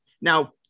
now